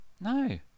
No